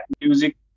music